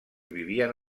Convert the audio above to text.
vivien